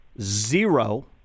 zero